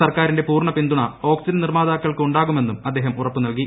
സർക്കാരിന്റെ പൂർണ്ണ പിന്തുണ ഓക്സിജൻ നിർമ്മാതാക്കൾക്ക് ഉണ്ടാകുമെന്നും അദ്ദേഹം ഉറപ്പുനൽകി